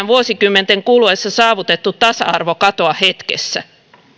vuosikymmenten kuluessa saavutettu tasa arvo ei myöskään katoa hetkessä